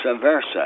versa